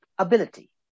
ability